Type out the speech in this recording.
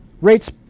Rates